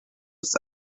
its